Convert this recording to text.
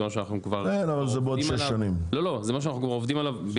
זה משהו שאנחנו כבר עובדים עליו.